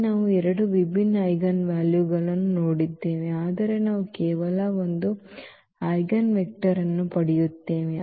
ಇಲ್ಲಿ ನಾವು ಎರಡು ವಿಭಿನ್ನ ಐಜೆನ್ ವ್ಯಾಲ್ಯೂಗಳನ್ನು ನೋಡಿದ್ದೇವೆ ಆದರೆ ನಾವು ಕೇವಲ ಒಂದು ಐಜೆನ್ವೆಕ್ಟರ್ ಅನ್ನು ಪಡೆಯುತ್ತೇವೆ